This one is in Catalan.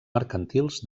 mercantils